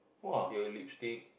your lipstick